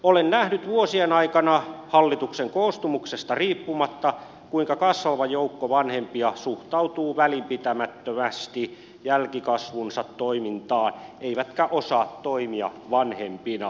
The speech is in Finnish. olen nähnyt vuosien aikana hallituksen koostumuksesta riippumatta kuinka kasvava joukko vanhempia suhtautuu välinpitämättömästi jälkikasvunsa toimintaan eikä osaa toimia vanhempina